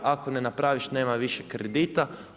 Ako ne napraviš nema više kredita.